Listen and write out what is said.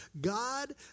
God